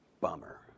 bummer